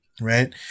Right